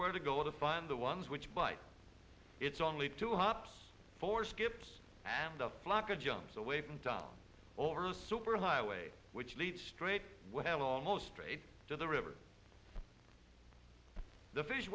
where to go to find the ones which bite it's only two hops four skips and a flock of jumps away from down over the superhighway which leads straight almost straight to the river the fish